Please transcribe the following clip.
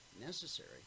necessary